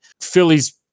Philly's